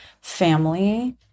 family